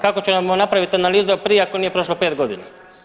Kako će nam napraviti analizu prije ako nije prošlo 5 godina.